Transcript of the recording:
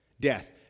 Death